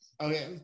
Okay